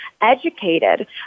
educated